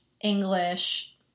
English